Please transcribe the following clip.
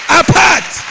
apart